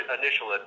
initial